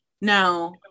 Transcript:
now